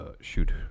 shoot